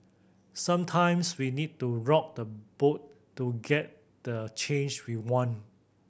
sometimes we need to rock the boat to get the change we want